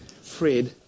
Fred